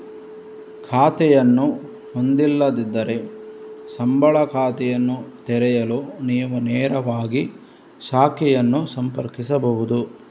ಖಾತೆಯನ್ನು ಹೊಂದಿಲ್ಲದಿದ್ದರೆ, ಸಂಬಳ ಖಾತೆಯನ್ನು ತೆರೆಯಲು ನೀವು ನೇರವಾಗಿ ಶಾಖೆಯನ್ನು ಸಂಪರ್ಕಿಸಬಹುದು